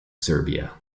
serbia